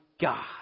God